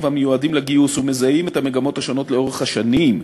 המיועדים לגיוס ומזהים את המגמות השונות לאורך השנים.